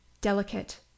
delicate